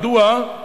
מדוע?